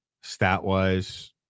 stat-wise